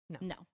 no